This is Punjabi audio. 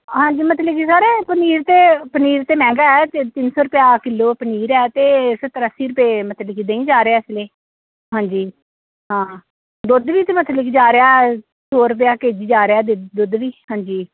ਹਾਂਜੀ ਮਤਲਬ ਕਿ ਸਰ ਪਨੀਰ ਤਾਂ ਪਨੀਰ ਤਾਂ ਮਹਿੰਗਾ ਤ ਤਿੰਨ ਸੌ ਰੁਪਇਆ ਕਿਲੋ ਪਨੀਰ ਹੈ ਅਤੇ ਸੱਤਰ ਅੱਸੀ ਰੁਪਏ ਮਤਲਬ ਕਿ ਦਹੀਂ ਜਾ ਰਿਹਾ ਇਸ ਵੇਲੇ ਹਾਂਜੀ ਹਾਂ ਦੁੱਧ ਵੀ ਤਾਂ ਮੈਂ ਮਤਲਬ ਕਿ ਜਾ ਰਿਹਾ ਸੌ ਰੁਪਇਆ ਕੇ ਜੀ ਜਾ ਰਿਹਾ ਦੁ ਦੁੱਧ ਵੀ ਹਾਂਜੀ